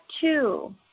two